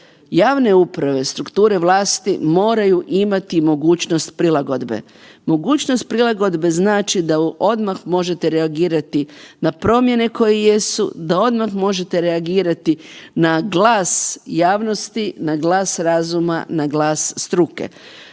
javne uprave, strukture vlasti moraju imati mogućnost prilagodbe. Mogućnost prilagodbe znači da odmah možete reagirati na promjene koje jesu, da odmah možete reagirati na glas javnosti, na glas razuma, na glas struke.